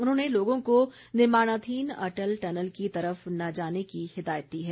उन्होंने लोगों को निर्माणाधीन अटल टनल की तरफ न जाने की हिदायत दी है